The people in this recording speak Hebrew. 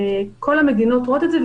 כך כל המדינות רואות את זה,